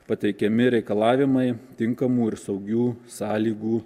pateikiami reikalavimai tinkamų ir saugių sąlygų